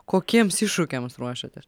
kokiems iššūkiams ruošiatės